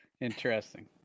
Interesting